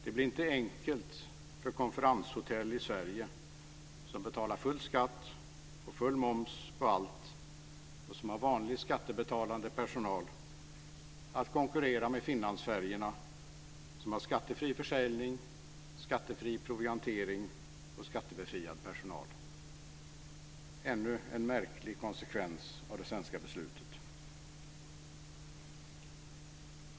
Det blir inte enkelt för konferenshotell i Sverige, som betalar full skatt och full moms på allt och som har vanlig skattebetalande personal, att konkurrera med Finlandsfärjorna, som har skattefri försäljning, skattefri proviantering och skattebefriad personal. Ännu en märklig konsekvens av det svenska beslutet.